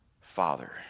Father